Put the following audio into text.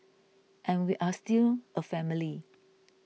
and we are still a family